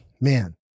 Man